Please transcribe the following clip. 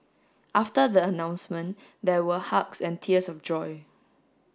after the announcement there were hugs and tears of joy